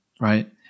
right